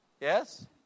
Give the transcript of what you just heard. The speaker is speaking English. yes